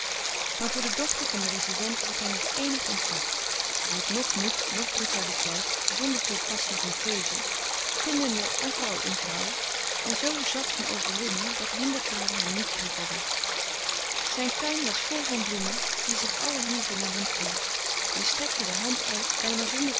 maar voor de dochter van den rezident had hij nog eenig ontzag hij had noch moed noch brutaliteit zonder veel passie van keuze vindende een vrouw een vrouw en zoo zat van overwinning dat hinderpalen hem niet prikkelden zijn tuin was vol van bloemen die louis couperus de stille kracht zich alle hieven naar hem toe hij strekte de hand uit bijna zonder